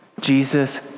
Jesus